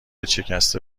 شکسته